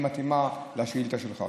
שמתאימה לשאילתה שלך.